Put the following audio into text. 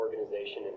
organization